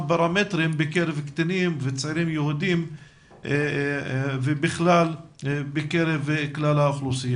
פרמטרים - בקרב קטינים וצעירים יהודים ובקרב כלל האוכלוסייה.